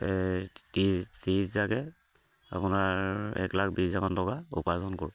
ত্ৰিছ হেজাৰকে আপোনাৰ এক লাখ বিশহেজাৰমান টকা উপাৰ্জন কৰোঁ